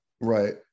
Right